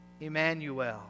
Emmanuel